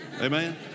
Amen